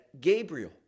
Gabriel